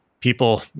People